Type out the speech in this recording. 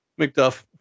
McDuff